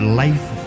life